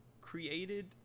created